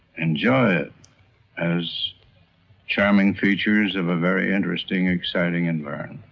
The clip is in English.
enjoy it as charming features of a very interesting, exciting environment.